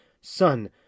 Son